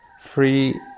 free